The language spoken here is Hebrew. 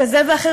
כזה ואחר,